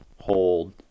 hold